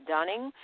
Dunning